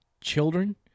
children